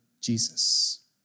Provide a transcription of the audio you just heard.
Jesus